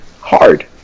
hard